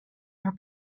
her